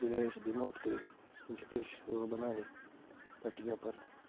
गणेश दी मूर्ती ओह् बनानी जेह्की पट्टियै उप्पर